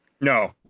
No